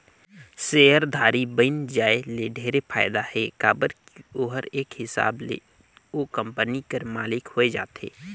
सेयरधारी बइन जाये ले ढेरे फायदा हे काबर की ओहर एक हिसाब ले ओ कंपनी कर मालिक होए जाथे